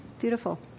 Beautiful